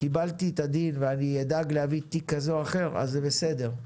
קיבלתי את הדין ואני אדאג להביא תיק כזה או אחר אז זה בסדר.